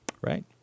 Right